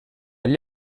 agli